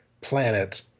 planet